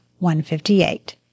158